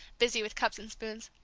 busy with cups and spoons.